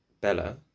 Bella